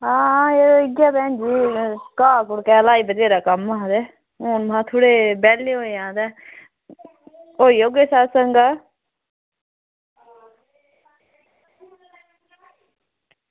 एह् आं भैन जी घाऽ आह्ला बथ्हेरा कम्म हा ते हून में हा थोह्ड़े बेह्ले होऐ आं ते होई ओगेओ सत्संग दा